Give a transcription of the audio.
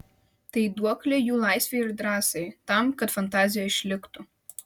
tai duoklė jų laisvei ir drąsai tam kad fantazija išliktų